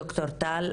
ד"ר טל,